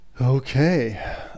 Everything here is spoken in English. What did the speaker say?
Okay